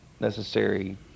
necessary